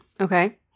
Okay